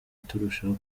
turushaho